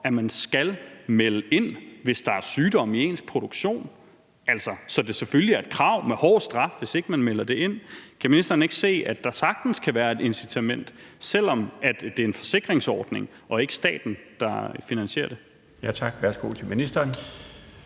at man skal melde ind, hvis der er sygdom i ens produktion, altså så det selvfølgelig er et krav med hård straf, hvis ikke man melder det ind. Kan ministeren ikke se, at der sagtens kan være et incitament, selv om det er en forsikringsordning og ikke staten, der finansierer det? Kl. 20:49 Den